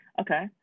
Okay